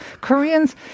Koreans